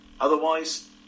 Otherwise